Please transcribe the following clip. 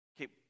Okay